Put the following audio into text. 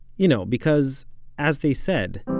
you know, because as they said,